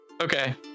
okay